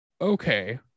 okay